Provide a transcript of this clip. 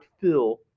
fill